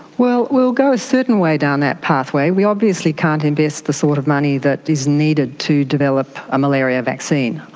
well, we will go a certain way down that pathway. we obviously can't invest the sort of money that is needed to develop a malaria vaccine.